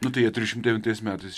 nu tai jie trisdešimt devintais metais